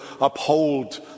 uphold